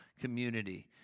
community